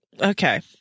okay